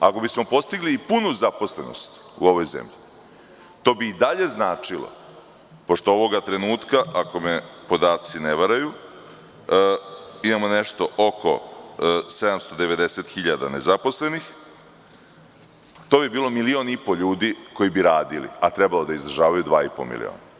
Ako bismo postigli punu zaposlenost u ovoj zemlji, to bi i dalje značilo, pošto ovog trenutka, ako me podaci ne varaju, imamo nešto oko 790.000 nezaposlenih, to bi bilo 1,5 miliona ljudi koji bi radili, a trebalo da izdržavaju 2,5 miliona.